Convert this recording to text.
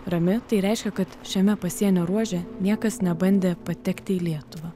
rami tai reiškia kad šiame pasienio ruože niekas nebandė patekti į lietuvą